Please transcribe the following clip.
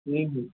हँ हँ